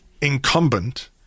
incumbent